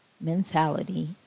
mentality